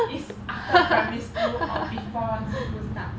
it's after primary school or before school start